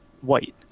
white